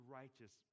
righteous